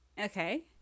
okay